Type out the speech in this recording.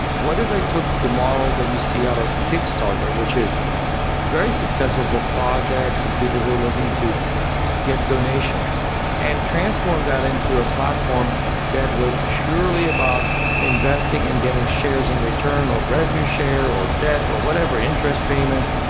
what if i took the model that you see out of kickstarter, which is very successful for projects and people who are looking to get donations and transform that into a platform that was purely about investing in and getting shares in return, or revenue share, or debt or whatever, interest payments,